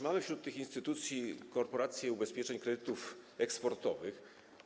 Mamy wśród tych instytucji Korporację Ubezpieczeń Kredytów Eksportowych.